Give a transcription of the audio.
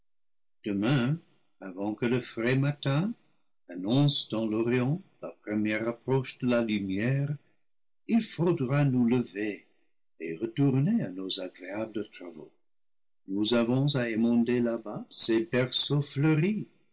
demain avant que le frais matin annonce dans l'orient la première approche de la lumière il faudra nous lever et retourner à nos agréables travaux nous avons à émonder là-bas ces berceaux fleuris